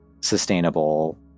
sustainable